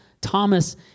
Thomas